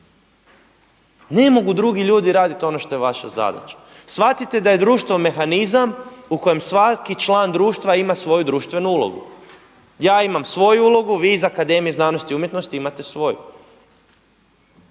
ne mogu drugi ljudi raditi ono što je vaša zadaća. Shvatite da je društvo mehanizam u kojem svaki član društva ima svoju društvenu ulogu. Ja imam svoju ulogu, vi iz Akademije znanosti i umjetnosti imate svoju.